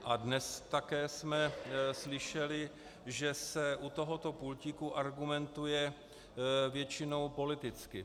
A dnes jsme také slyšeli, že se u tohoto pultíku argumentuje většinou politicky.